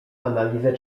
analizę